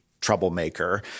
troublemaker –